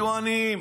היו עניים